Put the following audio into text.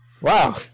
Wow